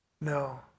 No